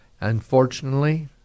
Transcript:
Unfortunately